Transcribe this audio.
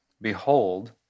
Behold